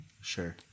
Sure